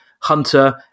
Hunter